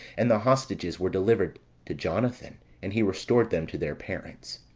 and the hostages were delivered to jonathan, and he restored them to their parents.